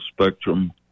spectrum